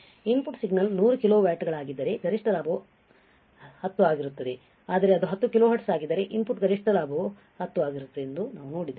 input signal 100 kilo ವ್ಯಾಟ್ಗಳಾಗಿದ್ದರೆ ಗರಿಷ್ಠ ಲಾಭವು 10 ಆಗಿರುತ್ತದೆ ಆದರೆ ಇದು 10 kilohertz ಆಗಿದ್ದರೆ ಇನ್ಪುಟ್ ಗರಿಷ್ಠ ಲಾಭವು 10 ಆಗಿರುತ್ತದೆ ಎಂದು ನಾವು ನೋಡಿದ್ದೇವೆ